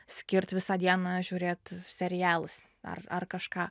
skirt visą dieną žiūrėt serialus ar ar kažką